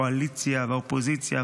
הקואליציה והאופוזיציה,